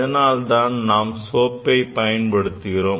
இதனால்தான் நாம் சோப்பை பயன்படுத்துகிறோம்